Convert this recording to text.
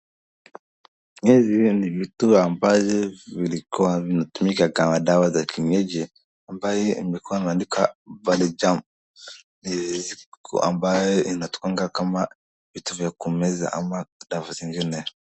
Hizi ni vitu ambazo zilikuwa zinatumika kama dawa za kienyeji, ambaye imekuwa imeandikwa Balijaam, ni kitu ambaye inatokanga kama vitu vya kumeza ama dawa zingine.